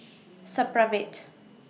Supravit